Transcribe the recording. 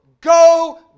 go